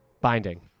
binding